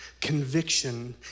conviction